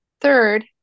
Third